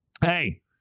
Hey